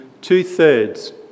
two-thirds